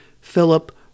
Philip